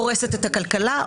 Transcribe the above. הורסת את הכלכלה,